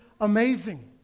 amazing